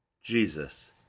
Jesus